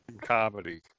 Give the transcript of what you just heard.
comedy